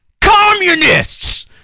Communists